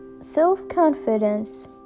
Self-confidence